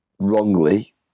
wrongly